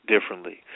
differently